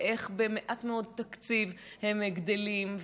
ואיך במעט מאוד תקציב הם גדלים,